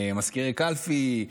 מזכירי קלפי,